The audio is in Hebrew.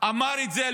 אמר את זה,